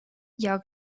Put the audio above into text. jag